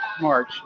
march